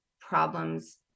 problems